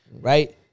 Right